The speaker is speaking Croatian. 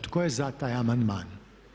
Tko je za taj amandman?